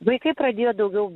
vaikai pradėjo daugiau